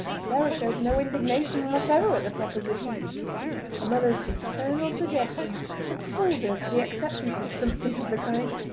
sarah showed no indignation whatever at the proposition her mother's eternal suggestion had schooled her to the acceptance of something of the kind,